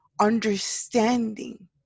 understanding